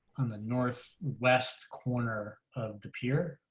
on the north west corner of the pier.